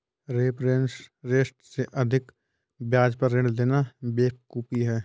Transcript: reference rate से अधिक ब्याज पर ऋण लेना बेवकूफी है